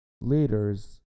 leaders